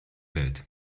welt